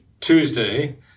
Tuesday